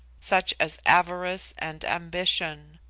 such as avarice and ambition.